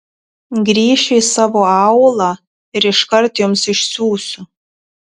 grįšiu į savo aūlą ir iškart jums išsiųsiu